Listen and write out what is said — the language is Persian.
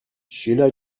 شیلا